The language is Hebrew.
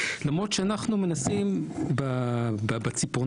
למרות שאנחנו מנסים למנוע את זה בציפורניים.